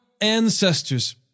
ancestors